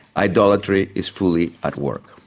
idolatry is fully at work.